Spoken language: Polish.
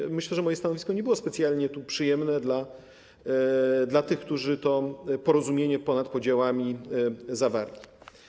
I myślę, że moje stanowisko nie było specjalnie przyjemne dla tych, którzy to porozumienie ponad podziałami zawarli.